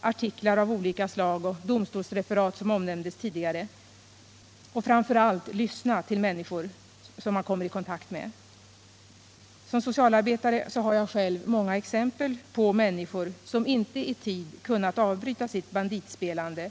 artiklar av olika slag, domstolsreferat m.m., som omnämndes tidigare, och framför allt lyssna till människor som man kommit i kontakt med. Som socialarbetare har jag själv många exempel på människor som inte i tid kunnat avbryta sitt banditspelande.